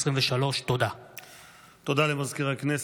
תודה למזכיר הכנסת.